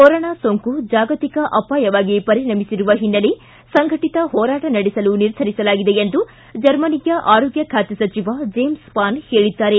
corona ಸೋಂಕು ಜಾಗತಿಕ ಅಪಾಯವಾಗಿ ಪರಿಣಮಿಸಿರುವ ಹಿನ್ನೆಲೆ ಸಂಘಟಿತ ಹೋರಾಟ ನಡೆಸಲು ನಿರ್ಧರಿಸಲಾಗಿದೆ ಎಂದು ಜರ್ಮನಿಯ ಆರೋಗ್ನ ಖಾತೆ ಸಚಿವ ಜೇಮ್ಸ್ ಪಾನ್ ಹೇಳಿದ್ದಾರೆ